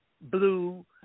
Blue